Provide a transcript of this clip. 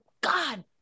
God